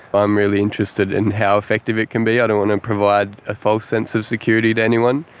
um really interested in how effective it can be. i don't want to provide a false sense of security to anyone.